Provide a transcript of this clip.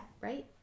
Right